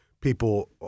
People